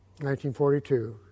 1942